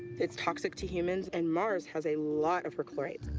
it's toxic to humans, and mars has a lot of perchlorate.